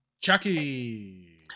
Chucky